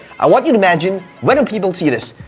i want you to imagine when do people see this?